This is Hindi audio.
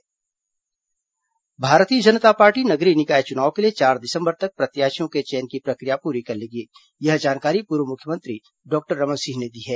भाजपा बैठक भारतीय जनता पार्टी नगरीय निकाय चुनाव के लिए चार दिसंबर तक प्रत्याशियों के चयन की प्रक्रिया पूरी यह जानकारी पूर्व मुख्यमंत्री डॉक्टर रमन सिंह ने दी है